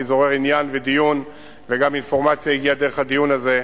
כי זה עורר עניין ודיון וגם אינפורמציה הגיעה דרך הדיון הזה.